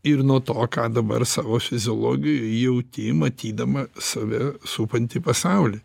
ir nuo to ką dabar savo fiziologijoje jauti matydama save supantį pasaulį